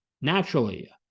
Naturally